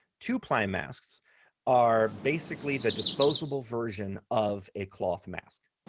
two-ply masks are basically the disposable version of a cloth mask.